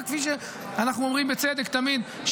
וכפי שאנחנו אומרים בצדק תמיד,